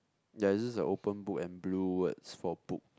ya it's just a open book and blue words for book